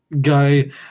guy